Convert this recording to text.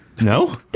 No